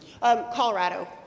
Colorado